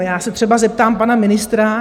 Já se třeba zeptám pana ministra.